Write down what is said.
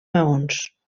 maons